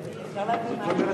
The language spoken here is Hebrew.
זאת אומרת,